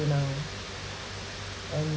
you know um